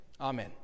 amen